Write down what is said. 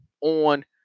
on